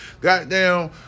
goddamn